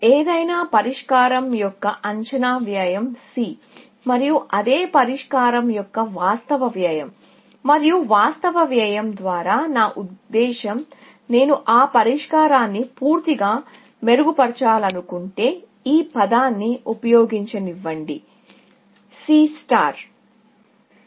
ఏదైనా పరిష్కారం యొక్క అంచనా వ్యయం C మరియు అదే పరిష్కారం యొక్క వాస్తవ వ్యయం మరియు వాస్తవ వ్యయం ద్వారా నా ఉద్దేశ్యం నేను ఆ పరిష్కారాన్ని పూర్తిగా మెరుగుపరచాలనుకుంటే ఈ పదాన్ని ఉపయోగించనివ్వండి C